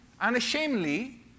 unashamedly